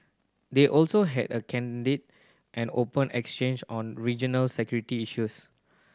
they also had a candid and open exchange on regional security issues